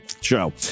show